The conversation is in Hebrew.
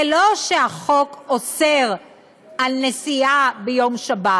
זה לא שהחוק אוסר נסיעה ביום שבת.